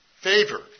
favor